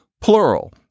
plural